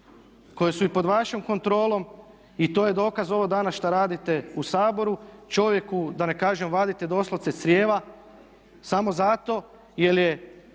koje su i pod vašom kontrolom i to je dokaz ovo danas šta radite u Saboru, čovjeku da ne kažem vadite doslovce crijeva samo zato jer je